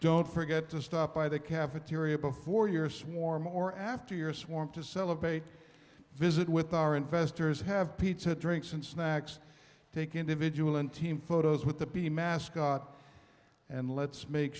don't forget to stop by the cafeteria before your swarm or after your swarm to celebrate visit with our investors have pizza drinks and snacks take individual and team photos with the bee mascot and let's make